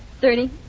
Thirty